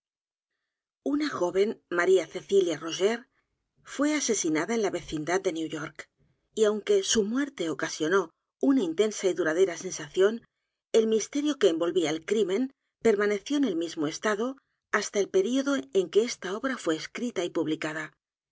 una joven maría cecilia üogers fué asesinada en la vecindad de new york y aunque su muerte ocasionó una intensa y duradera sensación el misterio que envolvía el crimen permaneció en el mismo estado hasta el período en que esta obra fué escrita y publicada